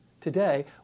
today